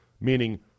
meaning